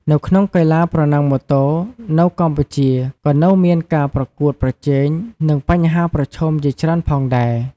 នៅក្នុងកីឡាប្រណាំងម៉ូតូនៅកម្ពុជាក៏នៅមានការប្រកួតប្រជែង និងបញ្ហាប្រឈមជាច្រើនផងដែរ។